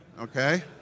okay